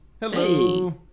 Hello